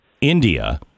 India